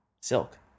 silk